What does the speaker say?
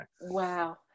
wow